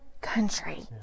country